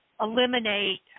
eliminate